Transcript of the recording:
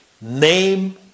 Name